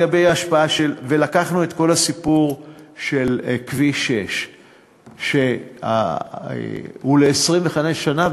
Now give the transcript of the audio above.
לקחנו את כל הסיפור של כביש 6. הוא ל-25 שנה,